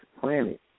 planet